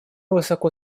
высоко